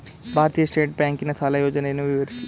ಭಾರತೀಯ ಸ್ಟೇಟ್ ಬ್ಯಾಂಕಿನ ಸಾಲ ಯೋಜನೆಯನ್ನು ವಿವರಿಸಿ?